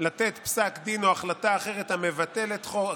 לתת פסק דין או החלטה אחרת המבטלת חוק,